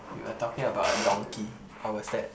we were talking about a donkey or was that